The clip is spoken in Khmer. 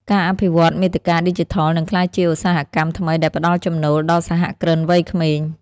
ការអភិវឌ្ឍមាតិកាឌីជីថលនឹងក្លាយជាឧស្សាហកម្មថ្មីដែលផ្ដល់ចំណូលដល់សហគ្រិនវ័យក្មេង។